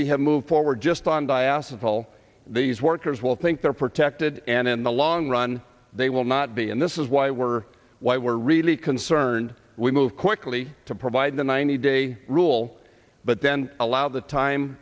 we have moved forward just on by assets all these workers will think they're protected and in the long run they will not be and this is why we're why we're really concerned we move quickly to provide the ninety day rule but then allow the time